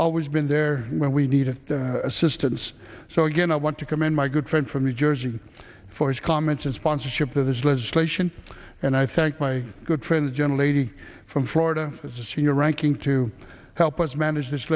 always been there when we needed assistance so again i want to commend my good friend from new jersey for his comments and sponsorship of this legislation and i thank my good friend the gentle lady from florida as a senior ranking to help us manage this